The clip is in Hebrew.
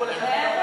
כל אחד היה אומר,